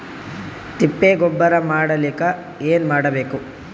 ತಿಪ್ಪೆ ಗೊಬ್ಬರ ಮಾಡಲಿಕ ಏನ್ ಮಾಡಬೇಕು?